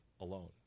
alone